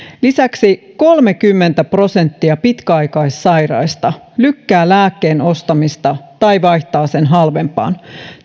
lisäksi kolmekymmentä prosenttia pitkäaikaissairaista lykkää lääkkeen ostamista tai vaihtaa sen halvempaan